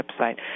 website